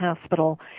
hospital